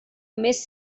més